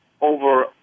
over